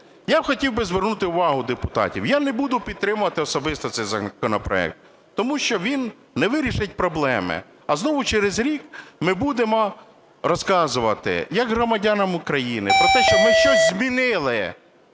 Я хотів би звернути увагу депутатів. Я не буду підтримувати особисто цей законопроект, тому що він не вирішить проблеми, а знову через рік ми будемо розказувати громадянам України про те, що ми щось змінили,